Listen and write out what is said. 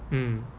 mm